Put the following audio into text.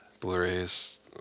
Blu-rays